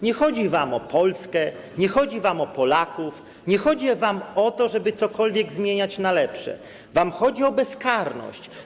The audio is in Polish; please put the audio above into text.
Nie chodzi wam o Polskę, nie chodzi wam o Polaków, nie chodzi wam o to, żeby cokolwiek zmieniać na lepsze - wam chodzi o bezkarność.